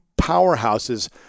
powerhouses